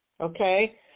okay